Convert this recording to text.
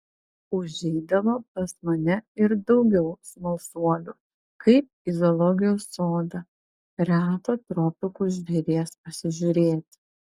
užeidavo pas mane ir daugiau smalsuolių kaip į zoologijos sodą reto tropikų žvėries pasižiūrėti